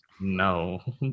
No